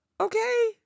Okay